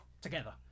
together